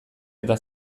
eta